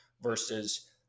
versus